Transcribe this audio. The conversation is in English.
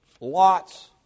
Lot's